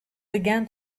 began